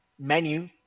menu